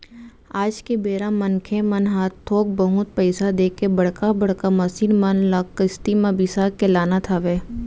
आज के बेरा मनखे मन ह थोक बहुत पइसा देके बड़का बड़का मसीन मन ल किस्ती म बिसा के लानत हवय